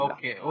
Okay